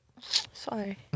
Sorry